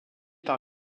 par